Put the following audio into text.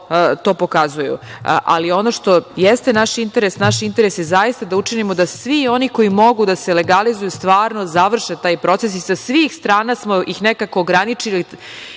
Ali, ono što jeste naš interes, naš interes je zaista da učinimo da svi oni koji mogu da se legalizuju, stvarno završe taj proces i sa svih strana smo ih nekako ograničili